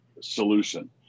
solution